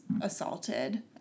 assaulted